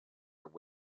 their